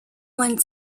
one